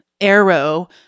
arrow